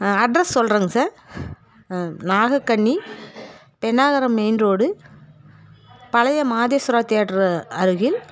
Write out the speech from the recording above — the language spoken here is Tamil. ஆ அட்ரஸ் சொல்கிறேங் sir Nagakanni Pennagaram main road பழைய மாதேஸ்வரா தேட்டரு அருகில்